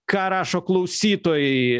ką rašo klausytojai